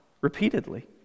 repeatedly